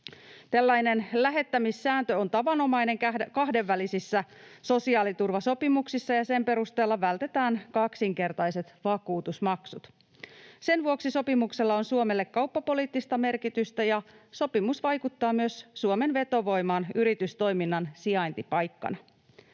Tällainen lähettämissääntö on tavanomainen kahdenvälisissä sosiaaliturvasopimuksissa, ja sen perusteella vältetään kaksinkertaiset vakuutusmaksut. Sen vuoksi sopimuksella on Suomelle kauppapoliittista merkitystä, ja sopimus vaikuttaa myös Suomen vetovoimaan yritystoiminnan sijaintipaikkana.